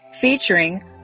Featuring